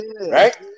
right